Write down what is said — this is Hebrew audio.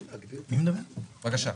בבקשה.